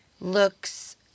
looks